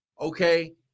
okay